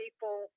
people